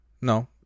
no